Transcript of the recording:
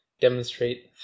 Demonstrate